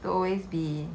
to always be